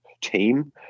team